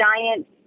giant